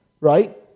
Right